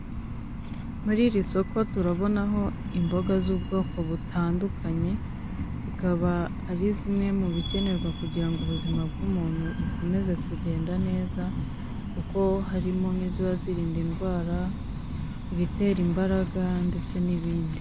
Muri iri soko turabonaho imboga z'ubwoko butandukanye, zikaba ari zimwe mu bikenerwa kugira ngo ubuzima bw'umuntu bukomeze kugenda neza kuko harimo n'iziba zirinda indwara, ibitera imbaraga ndetse n'ibindi.